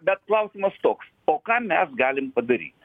bet klausimas toks o ką mes galim padaryt